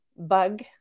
bug